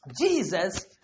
Jesus